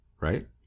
right